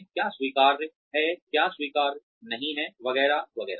क्या स्वीकार्य है क्या स्वीकार्य नहीं है वगैरह वगैरह